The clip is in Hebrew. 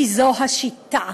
כי זו השיטה.